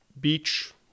beach